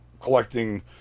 collecting